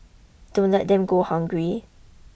don't let them go hungry